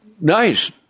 nice